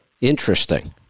Interesting